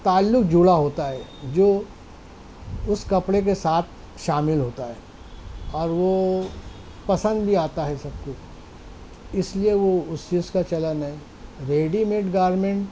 تعلق جڑا ہوتا ہے جو اس کپڑے کے ساتھ شامل ہوتا ہے اور وہ پسند بھی آتا ہے سب کو اس لیے وہ اس چیز کا چلن ہے ریڈیمیڈ گارمنٹ